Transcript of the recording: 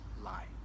lie